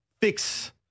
fix